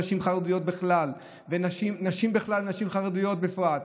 נשים בכלל ונשים חרדיות בפרט,